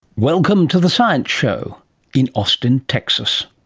welcome to the science show in austin, texas.